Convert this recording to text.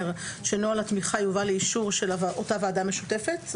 שנוהל התמיכה יובא לאישור של אותה ועדה משותפת?